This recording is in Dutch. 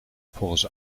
volgens